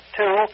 two